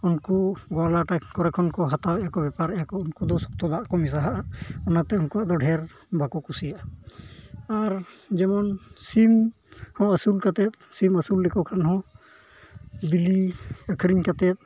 ᱩᱱᱠᱩ ᱜᱳᱣᱟᱞᱟ ᱠᱚᱨᱮ ᱴᱷᱮᱡ ᱠᱚ ᱦᱟᱛᱟᱣᱮᱜᱼᱟ ᱠᱚ ᱵᱮᱯᱟᱨᱮᱜᱼᱟ ᱠᱚ ᱩᱱᱠᱩ ᱫᱚ ᱥᱚᱠᱛᱚ ᱫᱟᱜ ᱠᱚ ᱢᱮᱥᱟ ᱟᱜᱼᱟ ᱚᱱᱟᱛᱮ ᱩᱱᱠᱩᱣᱟᱜ ᱫᱚ ᱰᱷᱮᱹᱨ ᱵᱟᱠᱚ ᱠᱩᱥᱤᱭᱟᱜᱼᱟ ᱟᱨ ᱡᱮᱢᱚᱱ ᱥᱤᱢ ᱦᱚᱸ ᱟᱹᱥᱩᱞ ᱠᱟᱛᱮᱫ ᱥᱤᱢ ᱟᱹᱥᱩᱞ ᱞᱮᱠᱚ ᱠᱷᱟᱱ ᱦᱚᱸ ᱵᱤᱞᱤ ᱟᱹᱠᱷᱨᱤᱧ ᱠᱟᱛᱮᱫ